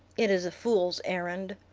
it is a fool's errand.